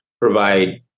provide